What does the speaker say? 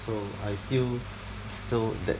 so I still so that